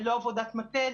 ללא עבודת מטה,